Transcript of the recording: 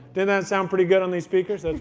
didn't that sound pretty good on these speakers? and